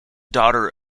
daughter